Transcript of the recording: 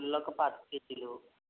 ఒక పాతిక కేజీలు